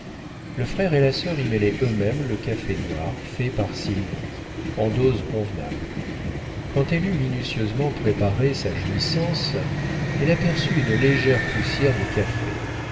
le frère et la sœur y mêlaient eux-mêmes le café noir fait par sylvie en doses convenables quand elle eut minutieusement préparé sa jouissance elle aperçut une légère poussière de café